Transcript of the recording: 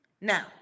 now